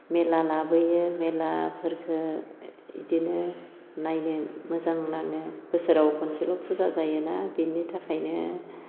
मेला लाबोयो मेलाफोरखो इदिनो नायनो मोजां नाङो बोसोरआव खनसेल' फुजा जायोना बिनि थाखायनो